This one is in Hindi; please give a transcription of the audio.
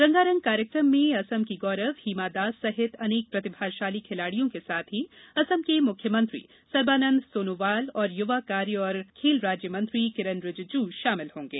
रंगारंग कार्यक्रम में असम का गौरव हीमा दास सहित अनेक प्रतिभाशाली खिलाड़ियों के साथ असम के मुख्यमंत्री सर्बानंद सोनोवाल और युवा कार्य और खेल राज्य मंत्री किरेन रीजीजू शामिल होंगे